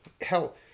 hell